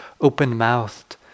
open-mouthed